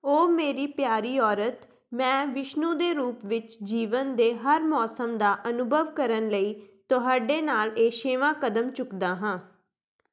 ਓਹ ਮੇਰੀ ਪਿਆਰੀ ਔਰਤ ਮੈਂ ਵਿਸ਼ਨੂੰ ਦੇ ਰੂਪ ਵਿੱਚ ਜੀਵਨ ਦੇ ਹਰ ਮੌਸਮ ਦਾ ਅਨੁਭਵ ਕਰਨ ਲਈ ਤੁਹਾਡੇ ਨਾਲ ਇਹ ਛੇਵਾਂ ਕਦਮ ਚੁੱਕਦਾ ਹਾਂ